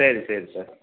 சரி சரி சார்